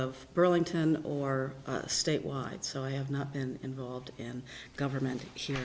of burlington or statewide so i have not been involved in government